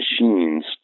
machines